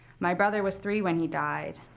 my brother was three when he died.